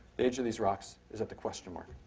the age of these rocks is at the question mark.